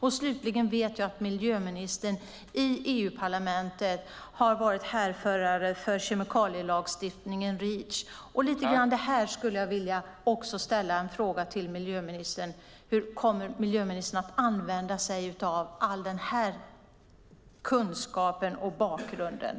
och jag vet att miljöministern i EU-parlamentet varit härförare för kemikalielagstiftningen Reach. Jag skulle vilja fråga miljöministern hur hon kommer att använda sig av all den kunskapen och erfarenheten.